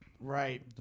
Right